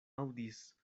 aŭdis